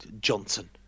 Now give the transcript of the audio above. Johnson